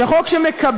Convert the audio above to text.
זה חוק שמקבל,